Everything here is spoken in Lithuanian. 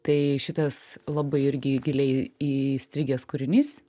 tai šitas labai irgi giliai įstrigęs kūrinys